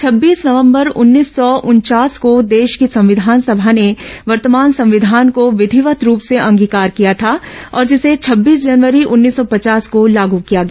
छब्बीस नवंबर उन्नीस सौ उनचास को देश की संविधान सभा ने वर्तमान संविधान को विधिवत रूप से अंगीकार किया था और जिसे छब्बीस जनवरी उन्नीस सौ पचास को लागू किया गया